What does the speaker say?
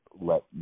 let